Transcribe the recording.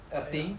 oh ya